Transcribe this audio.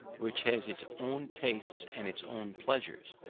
which has its own tastes and its own pleasures.